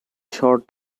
short